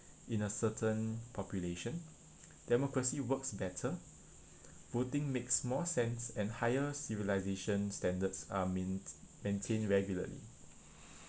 in a certain population democracy works better voting makes more sense and higher civilization standards are maint~ maintained regularly